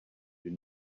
you